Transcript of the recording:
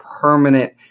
permanent